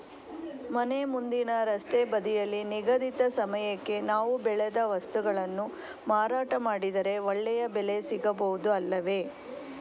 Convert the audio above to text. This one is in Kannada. ಮನೆ ಮುಂದಿನ ರಸ್ತೆ ಬದಿಯಲ್ಲಿ ನಿಗದಿತ ಸಮಯಕ್ಕೆ ನಾವು ಬೆಳೆದ ವಸ್ತುಗಳನ್ನು ಮಾರಾಟ ಮಾಡಿದರೆ ಒಳ್ಳೆಯ ಬೆಲೆ ಸಿಗಬಹುದು ಅಲ್ಲವೇ?